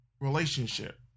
relationship